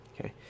okay